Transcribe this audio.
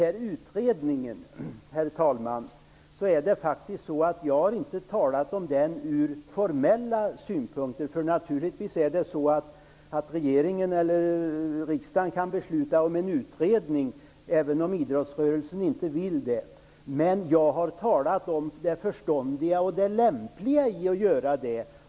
Herr talman! Jag har inte sagt att det finns formella synpunkter på en utredning. Regeringen eller riksdagen kan naturligtvis besluta om en utredning även om idrottsrörelsen inte vill det. Jag har talat om det förståndiga och lämpliga i att göra det.